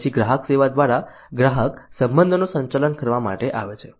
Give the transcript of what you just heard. પછી ગ્રાહક સેવા દ્વારા ગ્રાહક સંબંધોનું સંચાલન કરવા માટે આવે છે